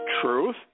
truth